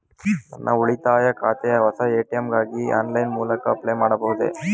ನನ್ನ ಉಳಿತಾಯ ಖಾತೆಯ ಹೊಸ ಎ.ಟಿ.ಎಂ ಗಾಗಿ ಆನ್ಲೈನ್ ಮೂಲಕ ಅಪ್ಲೈ ಮಾಡಬಹುದೇ?